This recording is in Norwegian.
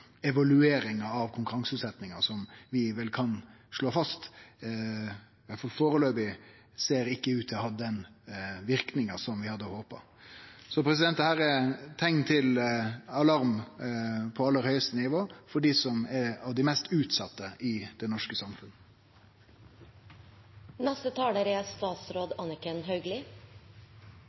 evalueringa av konkurranseutsetjinga, som vi vel kan slå fast – i alle fall foreløpig – ikkje ser ut til å ha den verknaden vi hadde håpa på. Dette er teikn til alarm på aller høgste nivå for dei som er av dei mest utsette i det norske